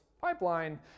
pipeline